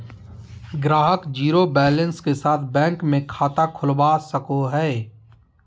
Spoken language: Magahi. ग्राहक ज़ीरो बैलेंस के साथ बैंक मे खाता खोलवा सको हय